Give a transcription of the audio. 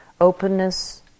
openness